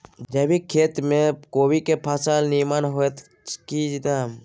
जैविक खेती म कोबी के फसल नीमन होतय की नय?